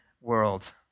world